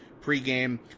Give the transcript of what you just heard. pregame